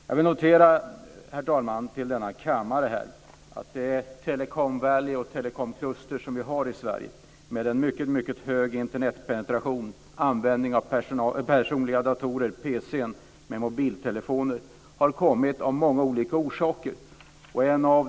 Jag vill notera inför denna kammare, herr talman, att det telecom valley och det telekomkluster som vi har i Sverige med en mycket hög Internetpenetration och användning av personliga datorer - PC:n - och mobiltelefoner har uppstått av många olika orsaker.